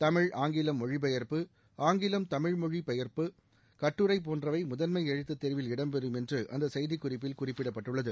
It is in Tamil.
தமிழ் ஆங்கிலம் மொழிபெயர்ப்பு ஆங்கிலம் தமிழ் மொழி பெயர்ப்பு கட்டுரை போன்றவை முதன்மை எழுத்துத்தேர்வில் இடம் பெறும் என்று அந்த செய்திக்குறிப்பில் குறிப்பிடப்பட்டுள்ளது